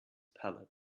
palate